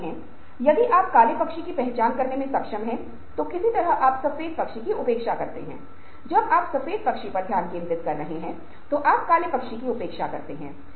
beneath Simons के पास शुरू में परीक्षण था अब तक बुद्धि को मापने के लिए विभिन्न प्रकार के परीक्षण उपलब्ध हैं